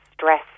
stress